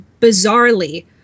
bizarrely